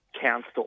Council